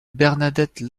bernadette